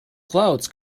clouds